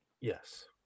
Yes